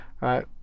Right